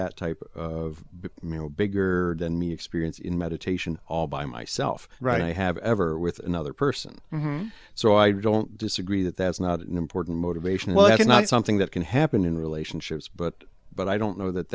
that type of male bigger than me experience in meditation all by myself right i have ever with another person so i don't disagree that that's not an important motivation well that's not something that can happen in relationships but but i don't know that